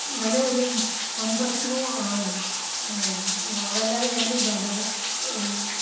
നല്ല ഒരു സംരക്ഷണവും ആണ് അതല്ലാതെ ഞാൻ ഇപ്പോൾ എന്താണ്